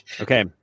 Okay